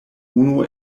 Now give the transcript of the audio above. unu